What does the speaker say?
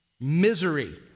misery